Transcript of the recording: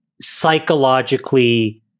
psychologically